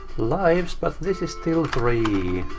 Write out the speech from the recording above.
lives, but this is still three.